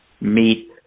meet